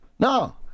No